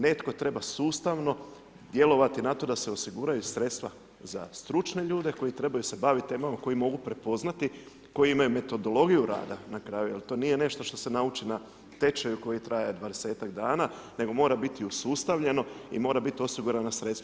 Netko treba sustavno djelovati na to da se osiguraju sredstva za stručne ljude koji trebaju se baviti temama koji mogu prepoznati, koji imaju metodologiju rada na kraju jer to nije nešto što se nauči na tečaju koji traje 20-tak dana, nego mora biti usustavljeno i mora biti osigurana sredstva.